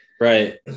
right